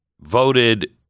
voted